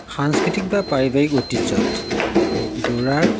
সাংস্কৃতিক বা পাৰিবাৰিক ঐতিহ্যত দৌৰাৰ